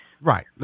right